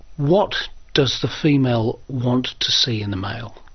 what does the female want to see in the male?